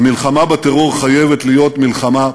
המלחמה בטרור חייבת להיות מלחמה בין-לאומית.